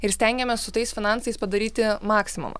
ir stengiamės su tais finansais padaryti maksimumą